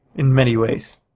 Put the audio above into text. in many ways.